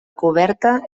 coberta